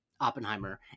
Oppenheimer